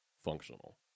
functional